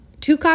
two